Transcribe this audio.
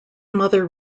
mother